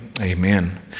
amen